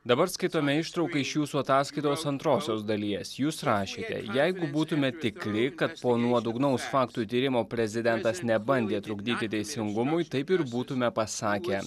dabar skaitome ištrauką iš jūsų ataskaitos antrosios dalies jūs rašėte jeigu būtumėt tikri kad po nuodugnaus faktų tyrimo prezidentas nebandė trukdyti teisingumui taip ir būtume pasakę